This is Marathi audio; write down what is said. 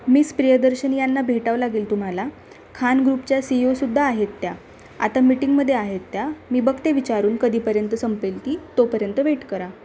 मिस प्रियदर्शनी यांंना भेटावं लागेल तुम्हाला खान ग्रुपच्या सी ई ओसुद्धा आहेत त्या आता मीटिंगमध्ये आहेत त्या मी बघते विचारून कधीपर्यंत संपेल ती तोपर्यंत वेट करा